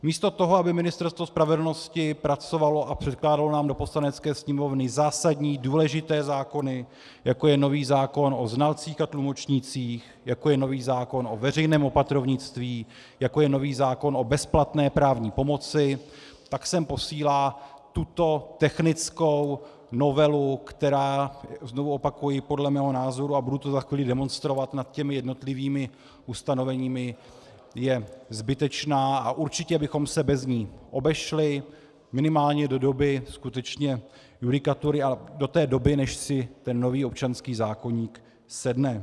Místo toho, aby Ministerstvo spravedlnosti pracovalo a předkládalo nám do Poslanecké sněmovny zásadní, důležité zákony, jako je nový zákon o znalcích a tlumočnících, jako je nový zákon o veřejném opatrovnictví, jako je nový zákon o bezplatné právní pomoci, tak sem posílá tuto technickou novelu, která, znovu opakuji, podle mého názoru, a budu to za chvíli demonstrovat nad jednotlivými ustanoveními, je zbytečná a určitě bychom se bez ní obešli, skutečně minimálně do doby judikatury a do té doby, než si nový občanský zákoník sedne.